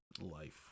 Life